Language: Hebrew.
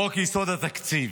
חוק-יסוד: התקציב.